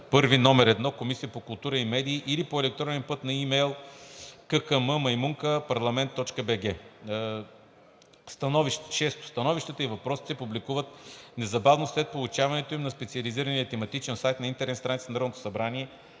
I“ № 1, Комисия по културата и медиите, или по електронен път на имейл: kkm@parliament.bg. 6. Становищата и въпросите се публикуват незабавно след получаването им на специализирания тематичен сайт на интернет страницата на Народното събрание